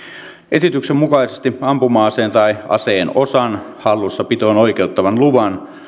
esityksen mukaisesti ampuma aseen tai aseen osan hallussapitoon oikeuttavan luvan